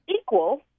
equal